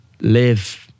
live